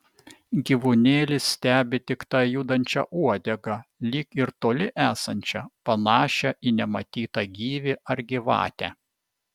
gyvūnėlis stebi tik tą judančią uodegą lyg ir toli esančią panašią į nematytą gyvį ar gyvatę